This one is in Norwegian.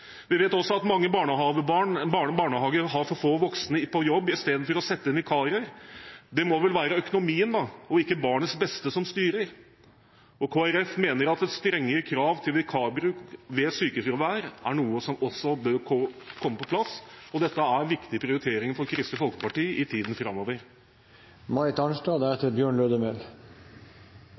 Vi vet også at mange barnehager har for få voksne på jobb i stedet for å sette inn vikarer. Det må vel være økonomien, da, og ikke barnas beste som styrer. Kristelig Folkeparti mener at et strengere krav til vikarbruk ved sykefravær er noe som også bør komme på plass. Dette er viktige prioriteringer for Kristelig Folkeparti i tiden framover.